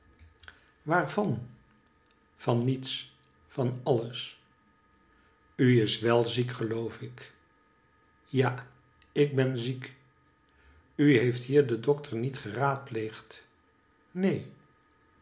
waarvan van niets van alles u is wel ziek geloof ik ja ik ben ziek u heeft hier den dokter niet getaadpleegd neen